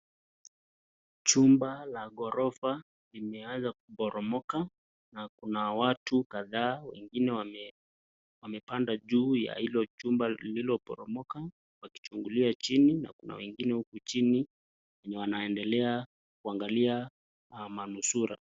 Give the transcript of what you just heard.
Chumba la ghorofa limeaza kuporomoka na kuna watu kadhaa, wengine wamepanda juu ya hilo jumba lililoporomoka wakichugulia chini na kuna wengine huku chini wenye wanaendelea kuangalia manusura.